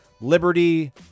Liberty